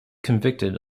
convicted